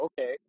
okay